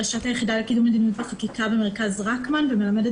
ראשת היחידה לקידום חקיקה במרכז רקמן מלמדת